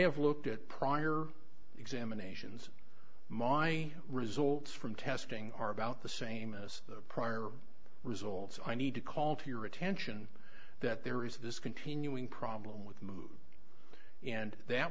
have looked at prior examinations my results from testing are about the same as the prior results i need to call to your attention that there is this continuing problem with and that